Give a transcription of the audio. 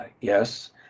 yes